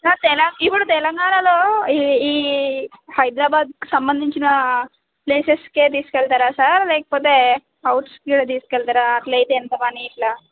sir తెలం ఇప్పుడు తెలంగాణలో ఈ ఈ హైదరాబాద్కు సంబంధించిన ప్లేసెస్కు తీసుకు వెళ్తారా సార్ లేకపోతే అవుట్స్ కూడా తీసుకు వెళ్తారా అట్లయితే ఎంత మనీ ఇట్లా